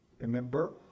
Remember